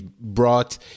brought